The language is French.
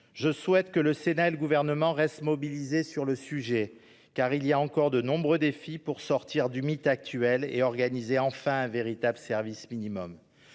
Je souhaite que le Sénat et le Gouvernement restent mobilisés sur le sujet, car de nombreux défis doivent encore être relevés pour sortir du mythe actuel et organiser enfin un véritable service minimum.